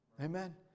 Amen